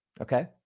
okay